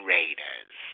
Raiders